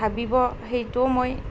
ভাবিব সেইটোও মই